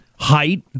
Height